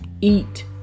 eat